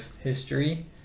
history